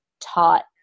taught